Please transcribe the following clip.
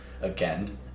again